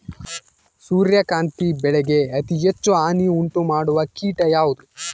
ಸೂರ್ಯಕಾಂತಿ ಬೆಳೆಗೆ ಅತೇ ಹೆಚ್ಚು ಹಾನಿ ಉಂಟು ಮಾಡುವ ಕೇಟ ಯಾವುದು?